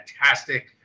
fantastic